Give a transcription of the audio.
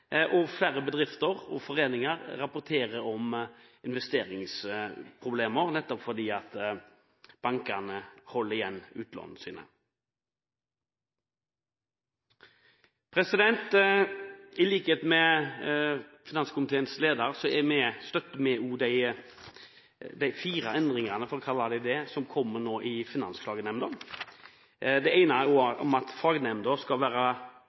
det. Flere bedrifter og foreninger rapporterer om investeringsproblemer nettopp fordi bankene holder igjen utlånene sine. I likhet med finanskomiteens leder støtter vi også de fire endringene – for å kalle det det – som nå kommer i Finansklagenemnda. Den ene er at leder og nestleder av fagnemndene skal være